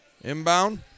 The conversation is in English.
inbound